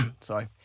sorry